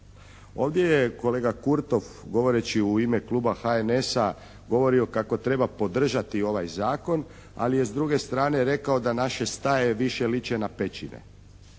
Ovdje je kolega Kurtov govoreći u ime Kluba HNS-a govorio kako treba podržati ovaj zakon, ali je s druge strane rekao da naše staje više liče na pećine.